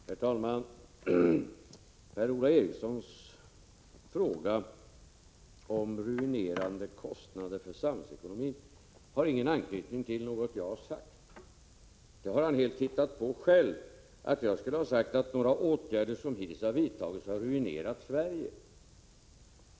Herr talman! Per-Ola Erikssons fråga om ruinerande kostnader för samhällsekonomin har ingen anknytning till något som jag har sagt. Han har helt hittat på själv att jag skulle ha sagt att några åtgärder som hittills vidtagits har ruinerat Sverige.